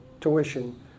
tuition